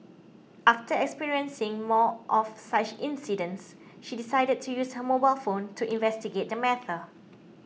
after experiencing more of such incidents she decided to use her mobile phone to investigate the matter